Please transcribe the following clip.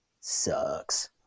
sucks